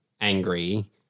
angry